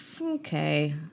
Okay